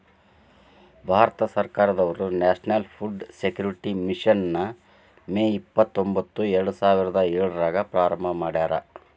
ಭಾರತ ಸರ್ಕಾರದವ್ರು national food security mission ನ May ಇಪ್ಪತ್ರೊಂಬತ್ತು ಎರಡುಸಾವಿರದ ಏಳ್ರಾಗ ಪ್ರಾರಂಭ ಮಾಡ್ಯಾರ